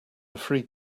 free